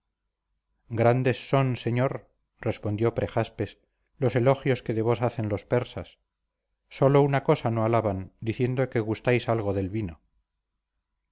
grandes son señor respondió prejaspes los elogios que de vos hacen los persas solo una cosa no alaban diciendo que gustáis algo del vino